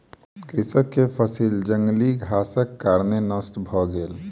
कृषक के फसिल जंगली घासक कारणेँ नष्ट भ गेल